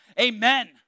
Amen